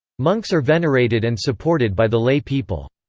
monks are venerated and supported by the lay people.